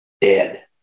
dead